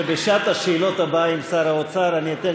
שבשעת השאלות הבאה עם שר האוצר אני אתן